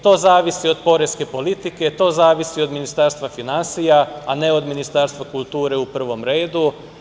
To zavisi od poreske politike, to zavisi od Ministarstva finansija, a ne od Ministarstva kulture u prvom redu.